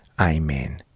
Amen